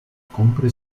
compra